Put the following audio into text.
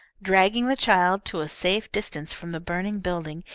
dragging the child to a safe distance from the burning building,